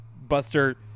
Buster